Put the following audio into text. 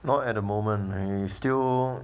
not at the moment I still